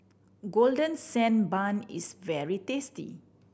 Golden Sand Bun is very tasty